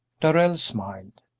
darrell smiled.